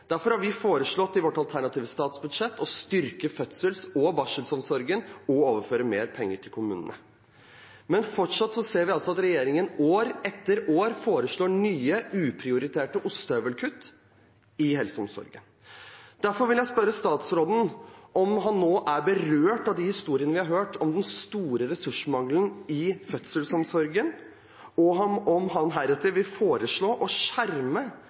Derfor har vi foreslått i vårt alternative statsbudsjett å styrke fødsels- og barselomsorgen og overføre mer penger til kommunene. Men fortsatt ser vi at regjeringen år etter år foreslår nye, uprioriterte ostehøvelkutt i helseomsorgen. Derfor vil jeg spørre statsråden om han er berørt av de historiene vi har hørt, om den store ressursmangelen i fødselsomsorgen, og om han heretter vil foreslå å skjerme